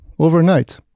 overnight